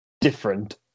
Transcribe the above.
different